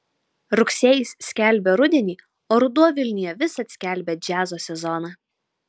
rugsėjis skelbia rudenį o ruduo vilniuje visad skelbia džiazo sezoną